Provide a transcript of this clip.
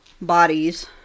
Bodies